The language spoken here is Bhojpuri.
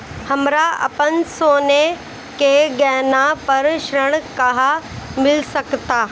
हमरा अपन सोने के गहना पर ऋण कहां मिल सकता?